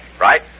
Right